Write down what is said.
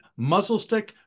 muzzlestick